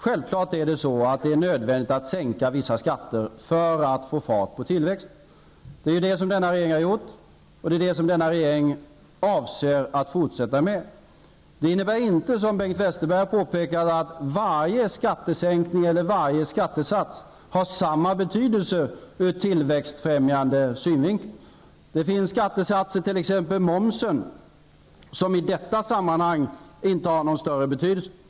Självfallet är det nödvändigt att sänka vissa skatter för att få fart på tillväxten. Det är ju vad denna regeringen har gjort, och det är vad denna regeringen avser att fortsätta med. Det innebär, som Bengt Westerberg har påpekat, inte att varje skattesänkning eller varje skattesats har samma betydelse ur tillväxtbefrämjande synvinkel. Det finns skattesatser, t.ex. momsen, som i detta sammanhang inte har någon större betydelse.